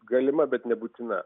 galima bet nebūtina